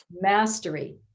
mastery